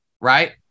Right